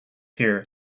here